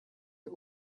ihr